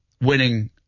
winning